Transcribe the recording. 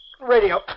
Radio